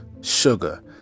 Sugar